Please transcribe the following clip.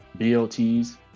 blts